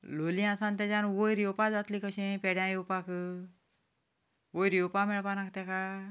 लोलयां सावन तेजान वयर येवपाक जातलें कशें पेड्यान येवपाक वयर येवपाक मेळपाक नाका ताका